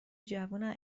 جوونن